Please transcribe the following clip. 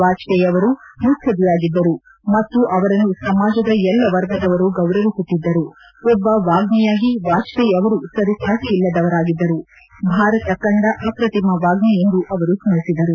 ವಾಜಪೇಯಿ ಅವರು ಮುತ್ಪದ್ದಿಯಾಗಿದ್ದರು ಮತ್ತು ಅವರನ್ನು ಸಮಾಜದ ಎಲ್ಲ ವರ್ಗದವರೂ ಗೌರವಿಸುತ್ತಿದ್ದರು ಒಬ್ಬ ವಾಗ್ಗಿಯಾಗಿ ವಾಜಪೇಯಿ ಅವರು ಸರಿಸಾಟಿಯಿಲ್ಲದವರಾಗಿದ್ದರು ಭಾರತ ಕಂಡ ಅಪ್ರತಿಮ ವಾಗ್ತಿ ಅವರು ಎಂದು ಸ್ತರಿಸಿದರು